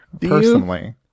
personally